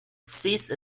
cease